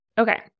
Okay